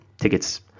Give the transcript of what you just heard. tickets